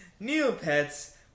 Neopets